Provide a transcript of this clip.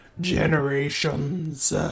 generations